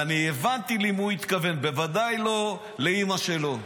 ואני הבנתי למי הוא התכוון, בוודאי לא לאימא שלו,